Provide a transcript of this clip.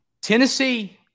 Tennessee